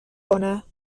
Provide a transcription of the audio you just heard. کنه